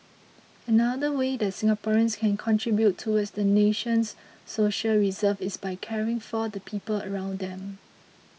another way that Singaporeans can contribute towards the nation's social reserves is by caring for the people around them